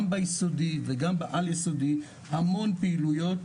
גם ביסודי וגם בעל יסודי, המון פעילויות.